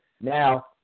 Now